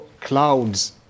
clouds